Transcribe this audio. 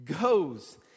goes